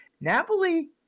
napoli